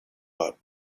but